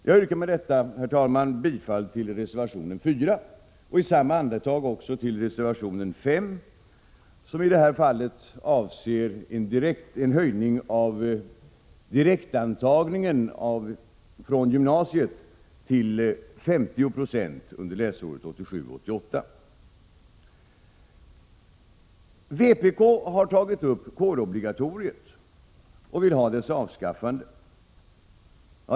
Jag yrkar med detta, herr talman, bifall till reservation 4 och i samma andetag till reservation 5, som avser en ökning av direktantagningen från gymnasiet till 50 20 under läsåret 1987/88. Vpk har tagit upp kårobligatoriet och vill ha det avskaffat.